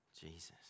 Jesus